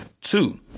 Two